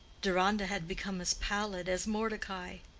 deronda had become as pallid as mordecai.